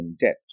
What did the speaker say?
debt